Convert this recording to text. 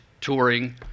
touring